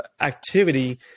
activity